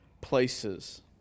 places